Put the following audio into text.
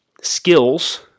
skills